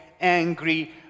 angry